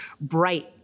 bright